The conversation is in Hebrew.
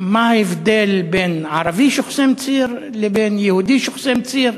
מה ההבדל בין ערבי שחוסם ציר לבין יהודי שחוסם ציר,